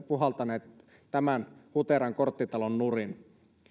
puhaltaneet tämän huteran korttitalon nurin